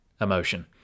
emotion